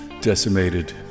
decimated